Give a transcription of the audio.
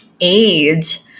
age